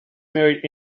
married